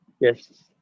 Yes